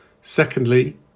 Secondly